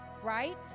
right